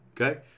okay